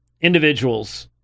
individuals